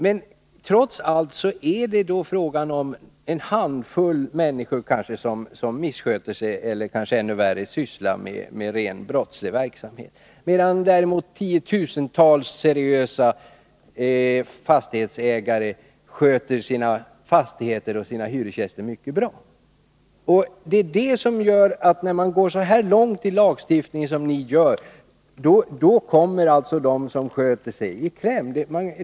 Men trots allt är det då fråga om en handfull människor som missköter sig, eller ännu värre, sysslar med ren brottslig verksamhet, medan tiotusentals seriösa fastighetsägare sköter sina fastigheter och sina hyresgäster mycket bra. När man går så långt i lagstiftningen som ni gör, kommer de som sköter sig i kläm.